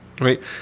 right